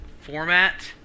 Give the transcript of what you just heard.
format